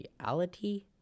reality